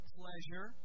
pleasure